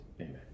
Amen